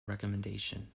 recomendation